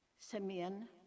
Simeon